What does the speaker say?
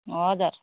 हजुर